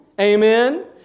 Amen